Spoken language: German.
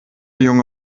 junge